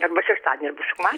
arba šeštadienį arba sekma